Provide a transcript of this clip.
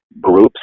groups